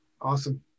Awesome